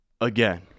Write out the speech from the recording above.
again